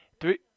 three